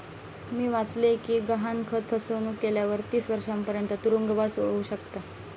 मी वाचलय कि गहाणखत फसवणुक केल्यावर तीस वर्षांपर्यंत तुरुंगवास होउ शकता